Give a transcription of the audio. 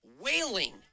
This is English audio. wailing